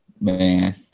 man